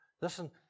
listen